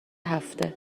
هفته